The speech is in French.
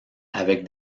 avec